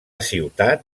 ciutat